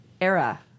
era